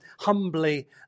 humbly